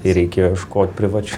tai reikėjo ieškot privačių